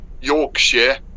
Yorkshire